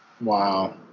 Wow